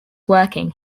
working